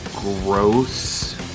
gross